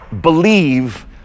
believe